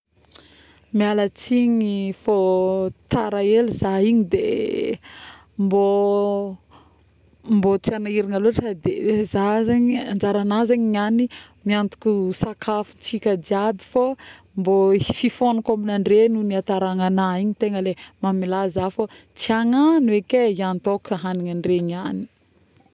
mialatsigny fô tara hely za igny de mbô, mbô tsy agnahiragna lôtry de za zagny, anjaragna zagny niagny miantoky sakafotsika jiaby, fô mbô ifôgnako amin'andre noho ny ataragnana igny tegna le tegna mamelaha zah fô tsy agnano eky e entôhôko agninandre niagny